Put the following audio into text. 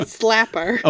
slapper